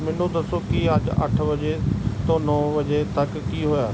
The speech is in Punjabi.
ਮੈਨੂੰ ਦੱਸੋ ਕਿ ਅੱਜ ਅੱਠ ਵਜੇ ਤੋਂ ਨੌਂ ਵਜੇ ਤੱਕ ਕੀ ਹੋਇਆ